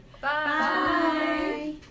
Bye